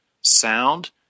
sound